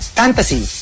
fantasy